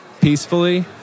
peacefully